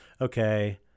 Okay